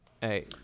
Hey